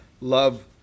love